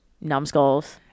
numbskulls